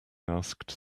asked